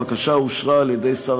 הבקשה אושרה על-ידי שר